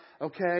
okay